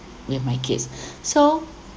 with my kids so